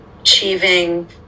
achieving